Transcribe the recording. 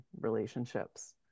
relationships